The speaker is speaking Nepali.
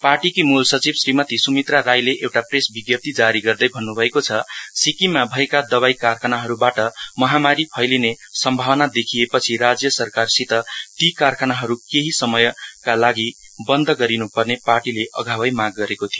पार्टीकी मूल सचिव क्षीमती सुमित्रा राईले एउटा प्रेस विज्ञप्ती जारी गर्दै भन्नुभएको छ सिक्किममा भएका दवाई कारखानाहरुबाट महामारी फैलिने सम्भावना देखिएपछि राज्य सरकारसित ती कारखानाहरु केहि समयसम्मका लागि बन्द गरिनुपर्ने पार्टीले अधावै माग गरेको थियो